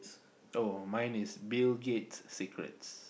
oh mine is Bill-Gate's secrets